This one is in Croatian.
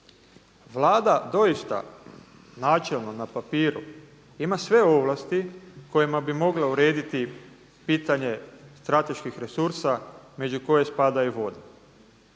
Vlada doista načelno na papiru ima sve ovlasti kojima bi mogla urediti pitanje strateških resursa među koje spada i voda.